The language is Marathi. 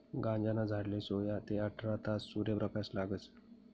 गांजाना झाडले सोया ते आठरा तास सूर्यप्रकाश लागस